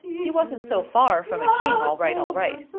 he wasn't so far from a king, all right, all right.